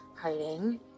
hiding